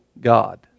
God